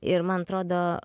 ir man atrodo